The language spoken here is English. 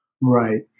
Right